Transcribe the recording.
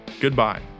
Goodbye